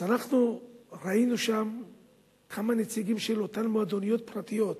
אז אנחנו ראינו שם כמה נציגים של אותן מועדוניות פרטיות,